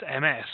MS